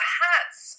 hats